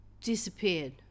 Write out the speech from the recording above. disappeared